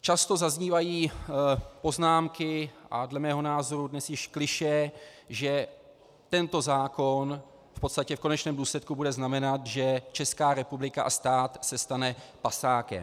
Často zaznívají poznámky a dle mého názoru dnes již klišé, že tento zákon v podstatě v konečném důsledku bude znamenat, že Česká republika a stát se stane pasákem.